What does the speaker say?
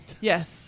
Yes